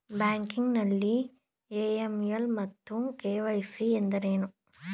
Banking ನಲ್ಲಿ AML ಮತ್ತು KYC ಎಂದರೇನು?